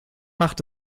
macht